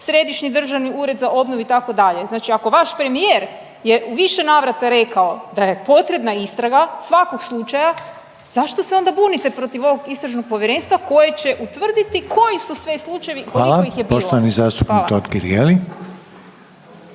Središnji državni ured za obnovu itd., znači ako vaš premijer je u više navrata rekao da je potrebna istraga svakog slučaja zašto se onda bunite protiv ovog istražnog povjerenstva koje će utvrditi koji su sve slučajevi …/Upadica: Hvala./… koliko ih je